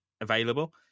available